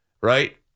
Right